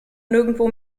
nirgendwo